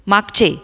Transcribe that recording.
मागचे